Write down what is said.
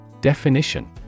Definition